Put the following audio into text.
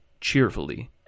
cheerfully